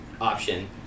option